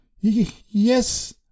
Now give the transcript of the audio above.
Yes